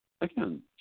again